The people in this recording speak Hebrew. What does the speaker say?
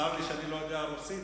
צר לי שאני לא יודע רוסית,